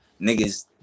Niggas